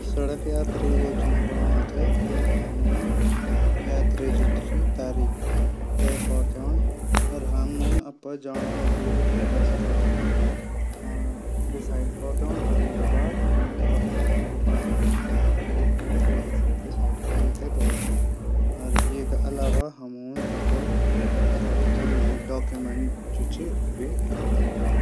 सडक सफर योजना पैली हमन यात्रा तारीख तैय कौरी दीण हमन अपड जांणू दूट रस्ता डिसाडिड कौर दीण वेक बाद हमन कख कख मा रूकण ऊबी हमन पैले से डिसाडिड कौरी की धौर दीण। एक अलावा हम अपड जरूरी डाक्यूमेंट भी घौर दीण।